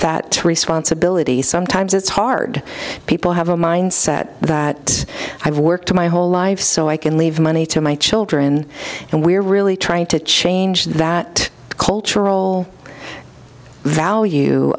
that responsibility sometimes it's hard people have a mindset that i've worked my whole life so i can leave money to my children and we're really trying to change that cultural value